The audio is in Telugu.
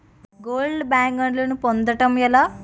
గోల్డ్ బ్యాండ్లను పొందటం ఎలా?